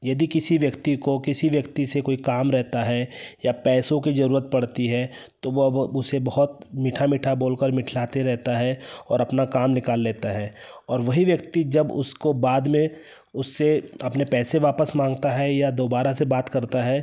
यदि किसी व्यक्ति को किसी व्यक्ति से कोई काम रहता है या पैसों की जरूरत पड़ती है तो वह उसे बहुत मीठा मीठा बोल कर मिठलाते रहता है और अपना काम निकाल लेता है और वही व्यक्ति जब उसको बाद में उससे अपने पैसे वापस मांगता है या दोबारा से बात करता है